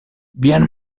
vian